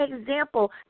example